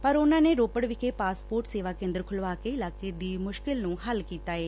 ਪਰ ਉਨੂਾ ਨੇ ਰੋਪੜ ਵਿਖੇ ਪਾਸਪੋਰਟ ਸੇਵਾ ਕੇ ਂਦਰ ਖੁਲਵਾ ਕੇ ਇਲਾਕੇ ਦੀ ਮੁਸ਼ਕਲ ਨੂੰ ਹੱਲ ਕੀਤਾ ਏ